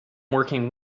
working